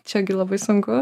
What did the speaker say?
čia gi labai sunku